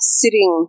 sitting